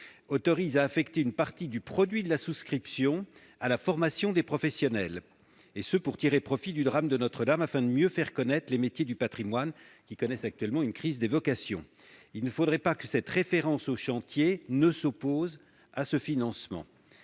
autorise l'affectation d'une partie du produit de la souscription à la formation des professionnels. Il s'agit ici de tirer profit du drame de Notre-Dame pour mieux faire connaître les métiers du patrimoine qui connaissent actuellement une crise des vocations. Il ne faudrait pas que la référence au chantier qui est proposée par cet amendement